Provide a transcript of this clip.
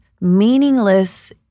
meaningless